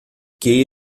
que